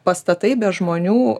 pastatai be žmonių